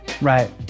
right